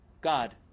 God